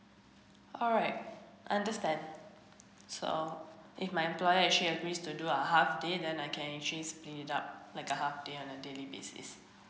alright I understand so if my employee actually agrees to do a half day then I can actually split it up like half day on a daily basis